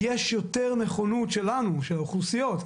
יש יותר נכונות שלנו, של האוכלוסיות.